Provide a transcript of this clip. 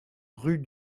rue